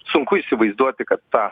sunku įsivaizduoti kad tą